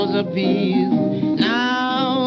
Now